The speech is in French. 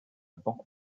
banque